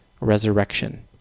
resurrection